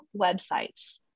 websites